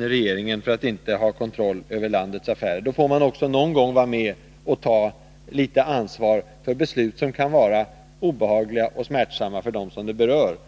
regeringen för att inte ha kontroll över landets affärer. Gör man det får man också någon gång vara med och ta litet ansvar för beslut som kan vara obehagliga och smärtsamma för dem som berörs.